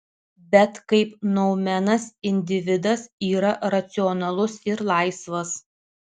bet kaip noumenas individas yra racionalus ir laisvas